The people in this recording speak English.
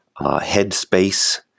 Headspace